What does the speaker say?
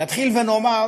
נתחיל ונאמר